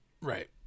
Right